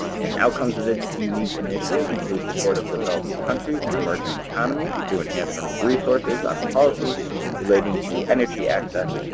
and outcomes of this unique initiative include support of developing countries and emerging economies through enhancement of resources on policies relating to energy access,